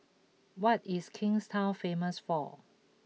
what is Kingstown famous for